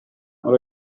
muri